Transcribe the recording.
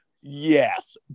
Yes